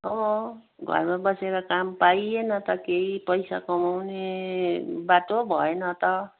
अँ घरमा बसेर काम पाइएन त केही पैसा कमाउने बाटो भएन त